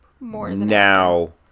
now